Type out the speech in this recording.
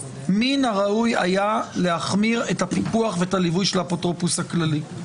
מן הראוי היה להחמיר את הפיקוח ואת הליווי של האפוטרופוס הכללי.